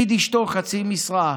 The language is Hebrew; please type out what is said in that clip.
ונניח שאשתו בחצי משרה,